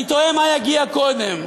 אני תוהה מה יגיע קודם,